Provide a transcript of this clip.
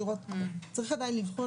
צריך עדיין לבחון,